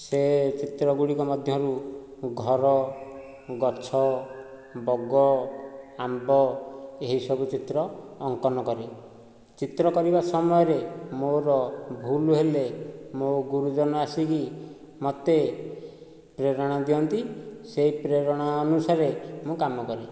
ସେ ଚିତ୍ର ଗୁଡ଼ିକ ମଧ୍ୟରୁ ଘର ଗଛ ବଗ ଆମ୍ବ ଏହିସବୁ ଚିତ୍ର ଅଙ୍କନ କରେ ଚିତ୍ର କରିବା ସମୟରେ ମୋର ଭୁଲ ହେଲେ ମୋ ଗୁରୁଜନ ଆସିକି ମୋତେ ପ୍ରେରଣା ଦିଅନ୍ତି ସେହି ପ୍ରେରଣା ଅନୁସାରେ ମୁଁ କାମ କରେ